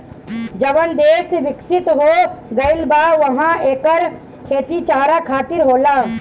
जवन देस बिकसित हो गईल बा उहा एकर खेती चारा खातिर होला